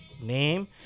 name